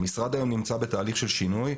המשרד היום נמצא בתהליך של שינוי,